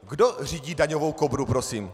Kdo řídí daňovou Kobru prosím?